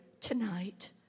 tonight